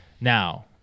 Now